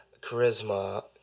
Charisma